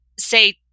Say